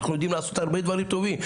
אנחנו יודעים לעשות הרבה דברים טובים.